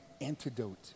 antidote